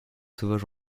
sauvage